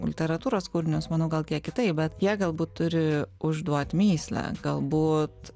literatūros kūrinius manau gal kiek kitaip bet jie galbūt turi užduot mįslę galbūt